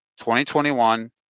2021